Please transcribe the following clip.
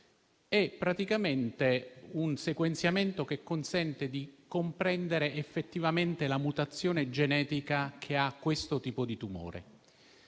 genomico. È un sequenziamento che consente di comprendere effettivamente la mutazione genetica che ha questo tipo di tumore.